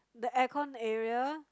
the aircon area